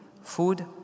food